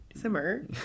Simmer